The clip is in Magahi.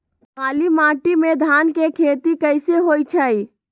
काली माटी में धान के खेती कईसे होइ छइ?